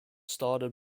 started